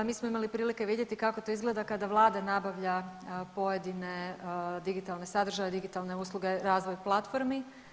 Mi smo imali prilike vidjeti kako to izgleda kada Vlada nabavlja pojedine digitalne sadržaje, digitalne usluge, razvoj platformi.